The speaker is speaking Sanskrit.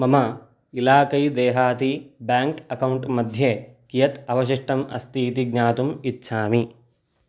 मम इलाकै देहाती बेङ्क् अकौण्ट् मध्ये कियत् अवशिष्टम् अस्ति इति ज्ञातुम् इच्छामि